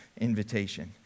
invitation